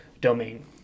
domain